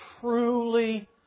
truly